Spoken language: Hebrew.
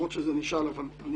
אני